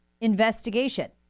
investigation